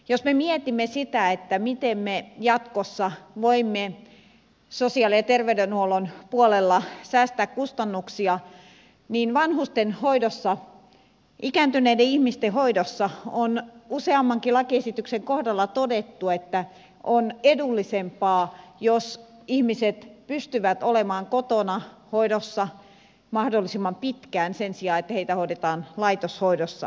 jos me mietimme sitä että miten me jatkossa voimme sosiaali ja terveydenhuollon puolella säästää kustannuksia niin vanhusten hoidossa ikääntyneiden ihmisten hoidossa on useammankin lakiesityksen kohdalla todettu että on edullisempaa jos ihmiset pystyvät olemaan kotona hoidossa mahdollisimman pitkään sen sijaan että heitä hoidetaan laitoshoidossa